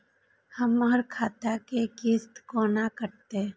हमर खाता से किस्त कोना कटतै?